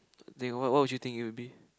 then what what would you think it would be